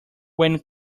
when